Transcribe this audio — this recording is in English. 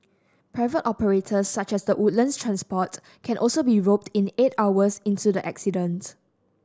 private operators such as the Woodlands Transport can also be roped in eight hours into the accident